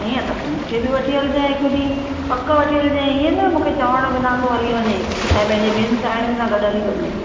ईअं त पोइ मूंखे बि वठी हलजइ हिक ॾींहं पक वठी हलजइ ईअं न मूंखे चवणु बिना तूं हली वञी ऐं पंहिंजी ॿियुनि साहेड़ियुनि सां गॾ हली वञे